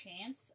chance